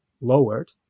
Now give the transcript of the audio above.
lowered